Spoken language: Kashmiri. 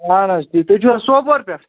اہَن حظ تُہۍ چھِوا سوپور پیٚٹھ